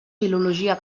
filologia